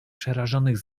przerażonych